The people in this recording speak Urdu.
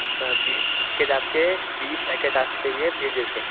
اچھا بیس پیکٹ آپ کے بیس پیکٹ آپ کے چاہیے پیجز کے